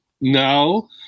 no